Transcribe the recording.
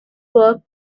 worked